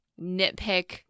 nitpick